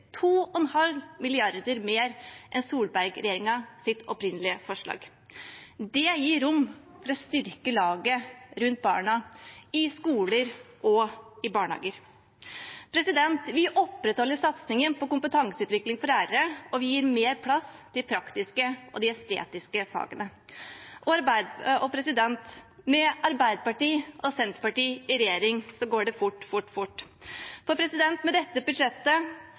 2,5 mrd. kr mer enn Solberg-regjeringens opprinnelige forslag. Det gir rom for å styrke laget rundt barna i skoler og i barnehager. Vi opprettholder satsingen på kompetanseutvikling for lærere, og vi gir mer plass til de praktiske og estetiske fagene. Med Arbeiderpartiet og Senterpartiet i regjering går det «Fort fort fort». Med dette budsjettet